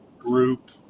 group